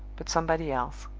but somebody else.